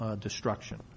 destruction